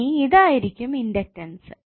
ഇനി ഇതായിരിക്കും ഇൻഡക്സ്സ്സ്